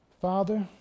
Father